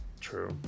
true